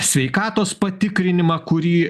sveikatos patikrinimą kurį